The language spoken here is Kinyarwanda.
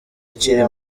akiri